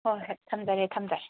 ꯍꯣꯏ ꯍꯣꯏ ꯊꯝꯖꯔꯦ ꯊꯝꯖꯔꯦ